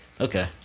Okay